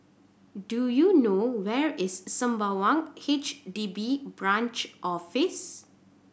do you know where is Sembawang H D B Branch Office